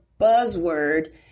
buzzword